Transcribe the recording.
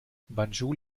banjul